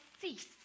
cease